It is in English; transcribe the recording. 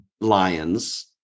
lions